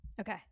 Okay